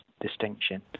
distinction